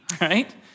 right